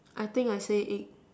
I think I say egg